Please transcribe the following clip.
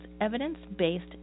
evidence-based